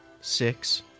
six